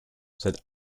said